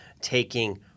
taking